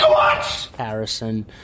Harrison